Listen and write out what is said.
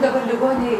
dabar ligoninėj